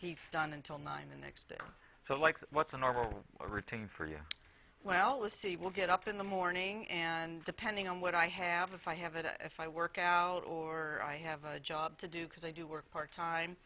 he's done until nine the next day or so like what's a normal or rooting for you well let's see we'll get up in the morning and depending on what i have if i have a workout or i have a job to do because i do work part time